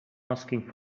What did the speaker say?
asking